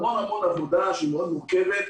המון עבודה מורכבת,